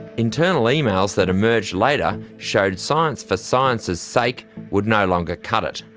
internal emails that emerged later showed science for science's sake would no longer cut it.